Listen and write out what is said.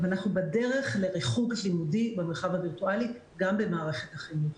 אבל אנחנו בדרך לריחוק' לימודי במרחב הווירטואלי גם במערכת החינוך.